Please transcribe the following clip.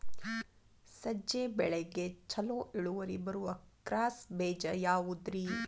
ಸಜ್ಜೆ ಬೆಳೆಗೆ ಛಲೋ ಇಳುವರಿ ಬರುವ ಕ್ರಾಸ್ ಬೇಜ ಯಾವುದ್ರಿ?